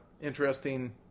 interesting